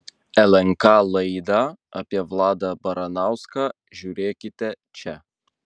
lnk laidą apie vladą baranauską žiūrėkite čia